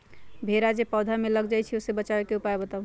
भेरा जे पौधा में लग जाइछई ओ से बचाबे के उपाय बताऊँ?